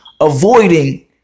avoiding